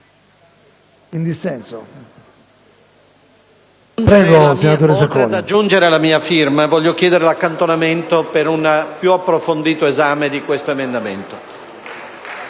In questo senso,